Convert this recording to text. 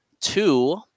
Two